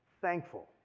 thankful